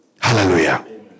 Hallelujah